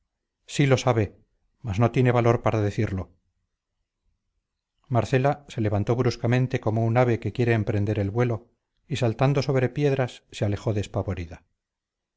sí lo sabe mas no tiene valor para decirlo marcela se levantó bruscamente como un ave que quiere emprender el vuelo y saltando sobre piedras se alejó despavorida